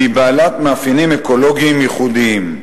והיא בעלת מאפיינים אקולוגיים ייחודיים.